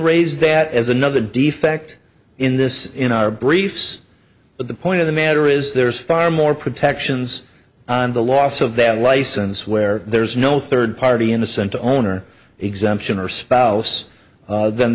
raise that as another defect in this in our briefs but the point of the matter is there's far more protections on the loss of that license where there's no third party innocent owner exemption or spouse then th